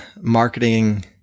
marketing